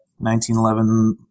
1911